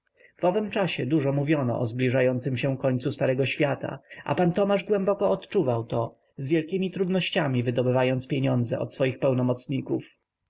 w owym czasie dużo mówiono o zbliżającym się końcu starego świata a pan tomasz głęboko odczuwał to z wielkiemi trudnościami wydobywając pieniądze od swoich pełnomocników